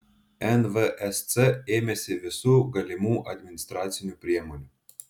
nvsc ėmėsi visų galimų administracinių priemonių